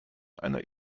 einer